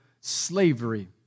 slavery